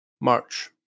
March